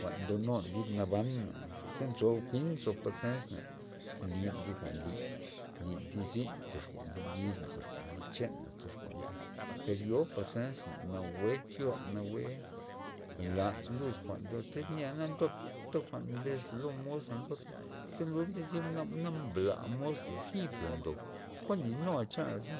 Jwa'n ndonun dib nabana ze nzo jwi'n nzo pazesna lin thi jwa'n lin, lin thi zin toxkuan zi lisna toxkuan zi chana toxkuan zi per yo pazesna nawue tyon nawue lan lud jwa'n ndo tyz nea toja mbes la lo mos a toda ze lulka naba mbla mos za zibla ndob kuan linua chanla za